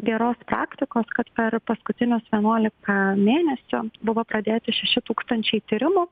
geros praktikos kad per paskutinius vienuoliką mėnesių buvo pradėti šeši tūkstančiai tyrimų